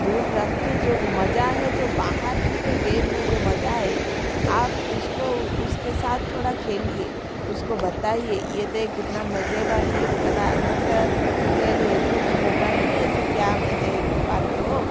दूर रख के जो मज़ा है जो बाहर की जो गेम में जो मज़ा है आप उसको उसके साथ थोड़ा खेलिए उसको बताइए ये देख कितना मज़े वाली पदा मतलब खेल है तुम मोबाइल में ऐसे क्या मज़े पाते हो